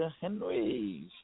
Henry